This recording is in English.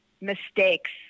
mistakes